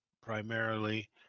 primarily